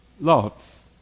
love